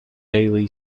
daily